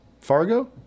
Fargo